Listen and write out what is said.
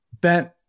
Ben